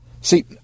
See